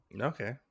Okay